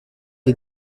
est